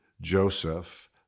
Joseph